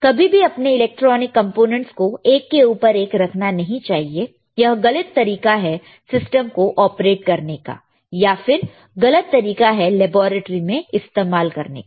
कभी भी अपने इलेक्ट्रॉनिक कंपोनेंट्स को एक के ऊपर एक रखना नहीं चाहिए यह गलत तरीका है सिस्टम को ऑपरेट करने का या फिर गलत तरीका है लैबोरेट्री में इस्तेमाल करने का